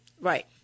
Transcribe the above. Right